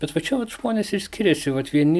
bet va čia vat žmonės ir skiriasi vat vieni